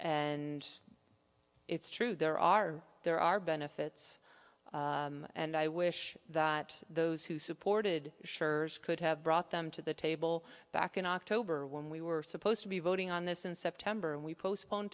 and it's true there are there are benefits and i wish that those who supported schurz could have brought them to the table back in october when we were supposed to be voting on this in september and we postpone